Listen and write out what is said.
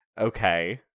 Okay